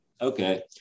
Okay